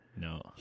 No